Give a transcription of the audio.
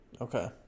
Okay